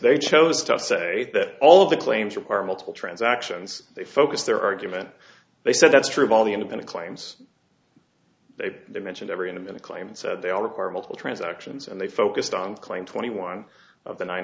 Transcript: they chose to say that all of the claims require multiple transactions they focused their argument they said that's true of all the independent claims they mention every in a minute claim said they all require multiple transactions and they focused on claim twenty one of the nine